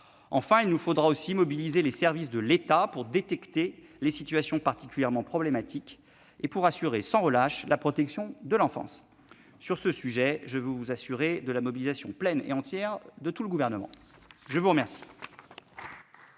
Il nous faudra aussi mobiliser les services de l'État pour détecter les situations particulièrement problématiques et garantir sans relâche la protection de l'enfance. Sur ce sujet, je peux vous assurer de la mobilisation pleine et entière du Gouvernement. La parole